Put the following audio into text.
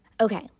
Okay